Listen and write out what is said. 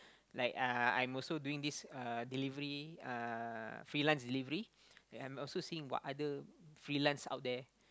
like uh I'm also doing this uh delivery uh freelance delivery I am also seeing what other freelance out there